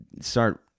start